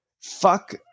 fuck